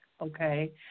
okay